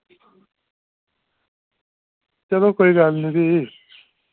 चलो कोई गल्ल नी फ्ही